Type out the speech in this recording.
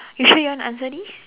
you sure you want to answer this